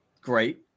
Great